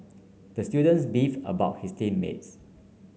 the students beef about his team mates